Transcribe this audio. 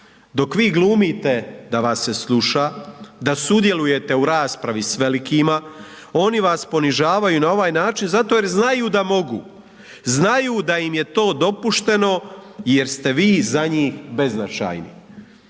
dok vi glumite da vas se sluša, da sudjelujete u raspravi s velikima, oni vas ponižavaju na ovaj način zato jer znaju da mogu, znaju da im je to dopušteno jer ste vi za njih beznačajni.